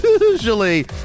usually